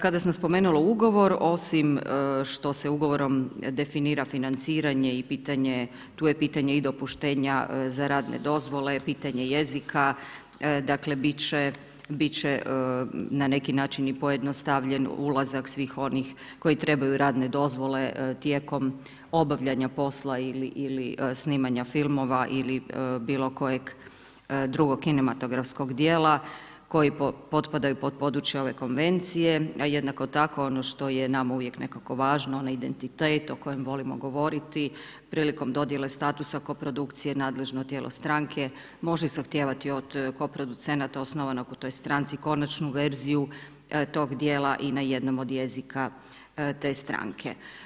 Kada sam spomenula ugovor, osim što se ugovorom definira financiranje, tu je pitanje i dopuštenja za radne dozvole, pitanje jezika, dakle bit će na neki način i pojednostavljen ulazak svih onih koji trebaju radne dozvole tijekom obavljanja poslova ili snimanja filmova ili bilokojeg kinematografskog djela koji potpadaju pod područje ove konvencije, a jednako tako ono što je nama uvijek nekako važno, onaj identitet o kojem volimo govoriti, prilikom dodjele statusa koprodukcije, nadležno tijelo stranke može zahtijevati od koproducenata osnovanog u toj stranci konačnu verziju tog djela i na jednom od jezika te stranke.